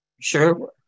Sure